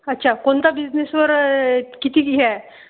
अच्छा कोणता बिझनेसवर कितीक हे आहे